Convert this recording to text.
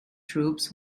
troops